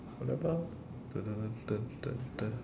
what about